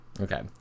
Okay